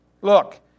Look